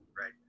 right